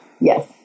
Yes